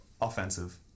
offensive